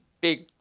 big